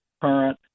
current